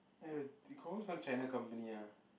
!aiyo! it confirm some China company ah